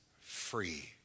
free